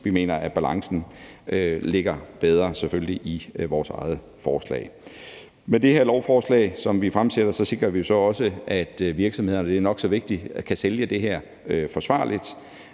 at balancen ligger bedre i vores eget forslag. Med det lovforslag, som vi fremsætter, sikrer vi jo så også, at virksomhederne, og det er nok så vigtigt, kan sælge det her forsvarligt,